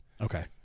Okay